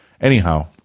Anyhow